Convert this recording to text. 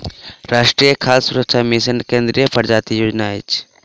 राष्ट्रीय खाद्य सुरक्षा मिशन केंद्रीय प्रायोजित योजना अछि